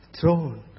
throne